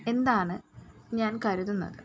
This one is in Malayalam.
എന്താണ് ഞാൻ കരുതുന്നത്